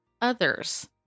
others